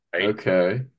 Okay